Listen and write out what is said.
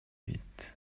vite